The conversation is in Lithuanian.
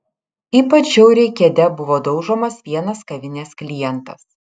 ypač žiauriai kėde buvo daužomas vienas kavinės klientas